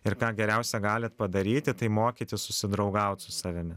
ir ką geriausia galit padaryti tai mokytis susidraugaut su savimi